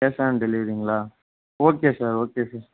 cash on டெலிவரிங்களா okay sir okay sir